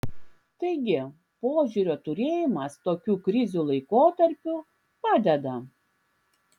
taigi požiūrio turėjimas tokių krizių laikotarpiu padeda